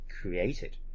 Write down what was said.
created